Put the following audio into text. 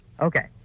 Okay